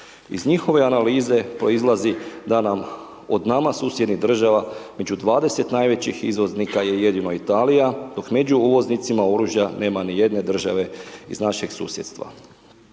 Iz njihove analize proizlazi da nam od nama susjednih država među 20 najvećih izvoznika je jedino Italija, dok među uvoznicima oružja nema ni jedne države iz našeg susjedstva.